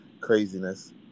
craziness